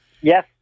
Yes